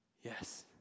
yes